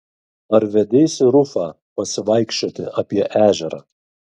ar vedeisi rufą pasivaikščioti apie ežerą